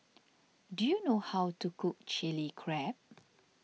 do you know how to cook Chilli Crab